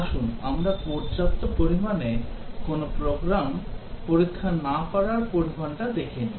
আসুন আমরা পর্যাপ্ত পরিমাণে কোনও প্রোগ্রাম পরীক্ষা না করার পরিণামটি দেখে নিই